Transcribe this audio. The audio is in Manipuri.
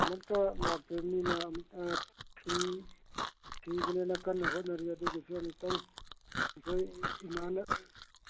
ꯑꯃꯨꯛꯇ ꯂꯥꯛꯇ꯭ꯔꯤꯃꯤꯅ ꯊꯤꯕꯅꯦꯅ ꯀꯟꯅ ꯍꯣꯠꯅꯔꯤ ꯑꯗꯨꯒꯤꯁꯨ ꯑꯃꯨꯛꯇꯪ ꯑꯩꯈꯣꯏ ꯏꯃꯥꯟꯅ